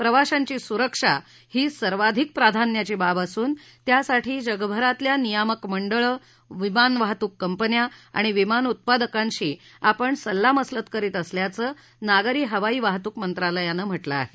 प्रवाशांची सुरक्षा ही सर्वाधिक प्राधान्याची बाब असून त्यासाठी जगभरातल्या नियामक मंडळं विमान वाहतूक कंपन्या आणि विमान उत्पादकांशी आपण सल्लामसलत करीत असल्याचं नागरी हवाई वाहतूक मंत्रालयानं म्हटलं आहे